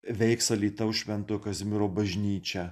veiks alytaus švento kazimiero bažnyčia